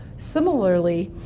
similarly,